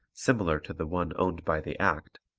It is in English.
similar to the one owned by the act,